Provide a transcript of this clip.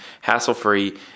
hassle-free